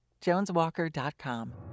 joneswalker.com